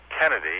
Kennedy